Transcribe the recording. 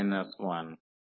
nn1mn 1